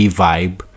vibe